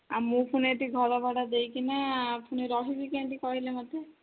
ଆ ମୁଁ ଫୁଣି ଏଇଠି ଘର ଭଡ଼ା ଦେଇକିନା ଫୁଣି ରହିବି କେମିତି କହିଲେ ମୋତେ